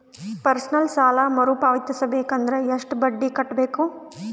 Personal ಸಾಲ ಮರು ಪಾವತಿಸಬೇಕಂದರ ಎಷ್ಟ ಬಡ್ಡಿ ಕಟ್ಟಬೇಕು?